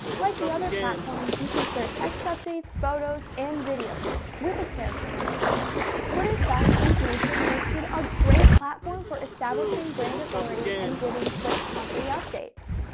like the other platforms, you can share text updates, photos, and videos with a character limit, of course. twitter's fast-paced nature makes it a great platform for establishing brand authority and giving quick company updates.